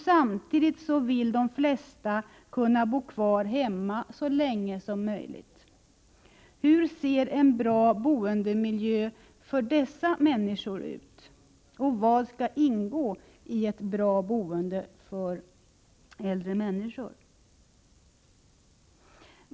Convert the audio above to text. Samtidigt vill de flesta bo kvar hemma så länge som möjligt. Hur ser en bra boendemiljö för dessa människor ut och vad skall ingå i ett bra boende för äldre människor?